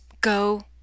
go